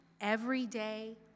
everyday